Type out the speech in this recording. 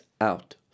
out